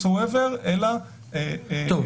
איך